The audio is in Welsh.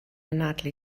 anadlu